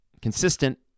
consistent